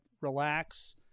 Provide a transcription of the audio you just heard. relax